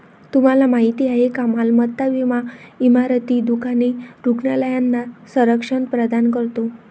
तुम्हाला माहिती आहे का मालमत्ता विमा इमारती, दुकाने, रुग्णालयांना संरक्षण प्रदान करतो